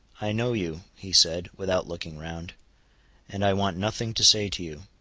i know you, he said, without looking round and i want nothing to say to you.